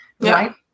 Right